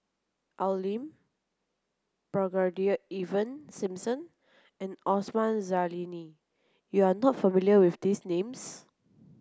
Al Lim Brigadier Ivan Simson and Osman Zailani you are not familiar with these names